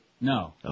No